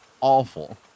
awful